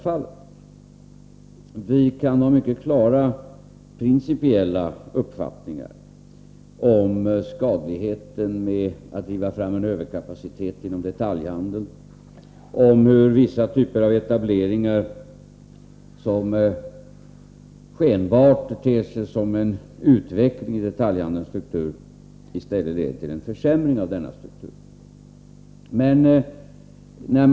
Principiellt kan vi ha mycket klara uppfattningar om det skadliga i att en överkapacitet inom detaljhandeln drivs fram, om hur vissa typer av etableringar, som skenbart ter sig som en utveckling i fråga om detaljhandelns struktur, i stället leder till en försämring av denna struktur.